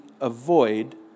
avoid